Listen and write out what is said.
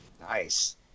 Nice